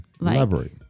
Elaborate